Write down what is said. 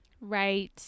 Right